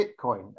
Bitcoin